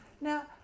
Now